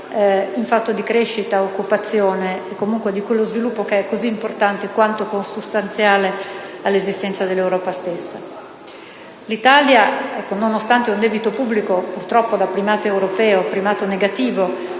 in fatto di crescita e occupazione e di quello sviluppo che è tanto importante, quanto consustanziale all'esistenza dell'Europa stessa. L'Italia, nonostante un debito pubblico purtroppo da primato (negativo)